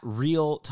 real